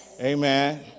Amen